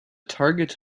target